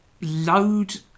load